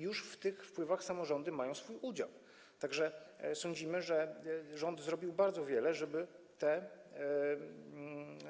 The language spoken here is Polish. Już w tych wpływach samorządy mają swój udział, tak że sądzimy, że rząd zrobił bardzo wiele, żeby te